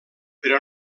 però